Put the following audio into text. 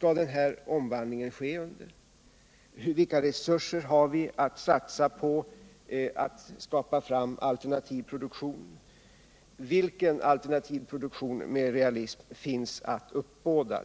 denna omvandling skall ske, vilka resurser vi har att satsa på att skapa alternativ produktion och vilken alternativ produktion som finns att uppbåda.